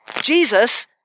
Jesus